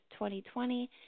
2020